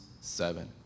seven